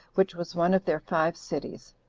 which was one of their five cities.